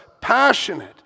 passionate